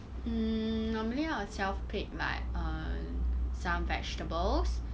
mm normally I'll self-pick like err some vegetables